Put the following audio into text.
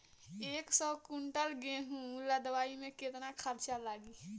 एक सौ कुंटल गेहूं लदवाई में केतना खर्चा लागी?